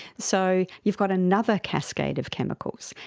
so you've got another cascade of chemicals.